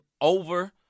over